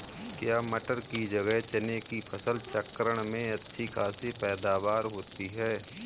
क्या मटर की जगह चने की फसल चक्रण में अच्छी खासी पैदावार होती है?